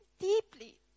deeply